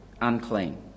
unclean